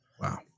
Wow